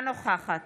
אינה נוכחת